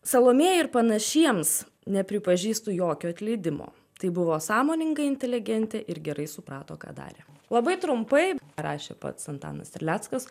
salomėjai ir panašiems nepripažįstu jokio atleidimo tai buvo sąmoninga inteligentė ir gerai suprato ką darė labai trumpai rašė pats antanas terleckas